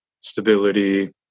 stability